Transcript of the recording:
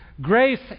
Grace